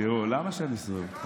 למה שאני אסובב אתכם?